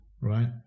right